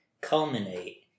culminate